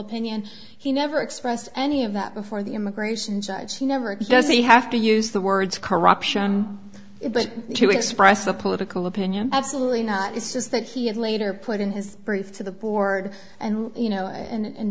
opinion he never expressed any of that before the immigration judge he never does he have to use the words corruption but to express a political opinion absolutely not it's just that he had later put in his brief to the board and you know and